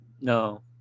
No